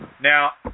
Now